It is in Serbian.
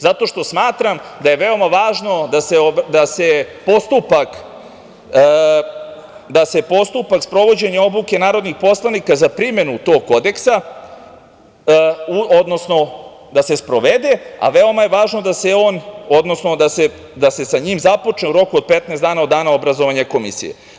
Zato što smatram da je veoma važno da se postupak sprovođenja obuke narodnih poslanika za primenu tog Kodeksa da se sprovede, a veoma je važno da se sa njim započne u roku od 15 dana od dana obrazovanja komisije.